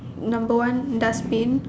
number one dustbin